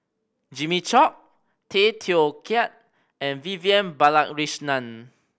Jimmy Chok Tay Teow Kiat and Vivian Balakrishnan